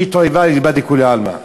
שהיא תועבה אליבא דכולי עלמא?